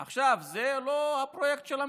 עכשיו, זה לא הפרויקט של המתנחלים,